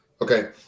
okay